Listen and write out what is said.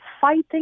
fighting